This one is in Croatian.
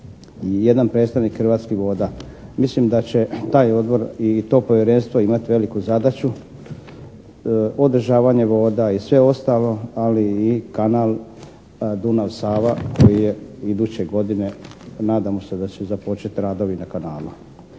jedan predstavnik Hrvatskih voda. Mislim da će taj Odbor i to Povjerenstvo imati veliku zadaću održavanje voda i sve ostalo, ali i kanal Dunav-Sava koji je iduće godine nadamo se da će započeti radovi na kanalima.